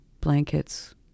blankets